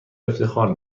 افتخار